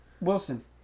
Wilson